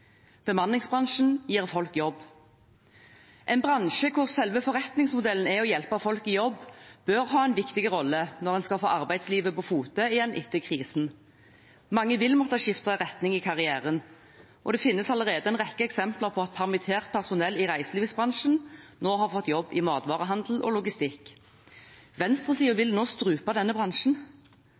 Bemanningsbransjen gir folk jobb. En bransje hvor selve forretningsmodellen er å hjelpe folk i jobb, bør ha en viktig rolle når en skal få arbeidslivet på fote igjen etter krisen. Mange vil måtte skifte retning i karrieren. Det finnes allerede en rekke eksempler på at permittert personell i reiselivsbransjen nå har fått jobb i matvarehandel og logistikk. Venstresiden vil nå strupe denne bransjen.